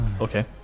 okay